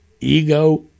ego